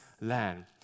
land